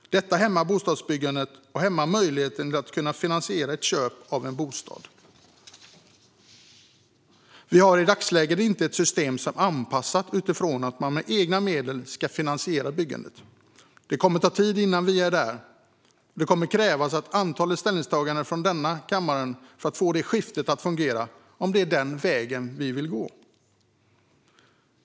Detta hämmar bostadsbyggandet och minskar möjligheterna att finansiera ett köp av en bostad. Vi har i dagsläget inte ett system som är anpassat efter att man med egna medel ska finansiera byggandet. Det kommer att ta tid innan vi är där, och det kommer att krävas ett antal ställningstaganden i denna kammare för att få det skiftet att fungera om det är den vägen vi vill gå.